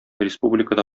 республикада